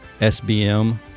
SBM